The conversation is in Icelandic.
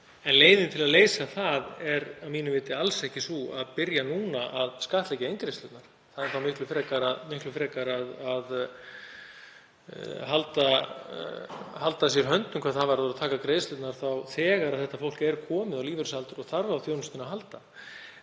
En leiðin til að leysa það er að mínu viti alls ekki sú að byrja núna að skattleggja inngreiðslurnar. Það er þá miklu frekar að halda að sér höndum hvað það varðar og taka greiðslurnar þá þegar fólk er komið á lífeyrisaldur og þarf á þjónustunni að halda.